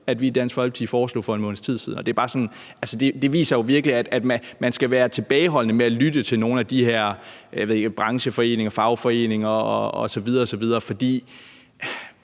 vi i Dansk Folkeparti foreslog for en måneds tid siden. Det viser jo virkelig, at man skal være tilbageholdende med at lytte til nogle af de her brancheforeninger, fagforeninger osv.